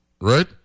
right